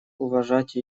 уважать